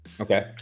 okay